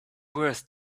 worse